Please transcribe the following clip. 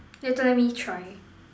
later let me try